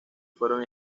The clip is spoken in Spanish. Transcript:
fueron